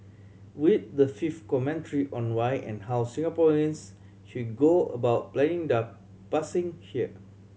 read the fifth commentary on why and how Singaporeans should go about planning their passing here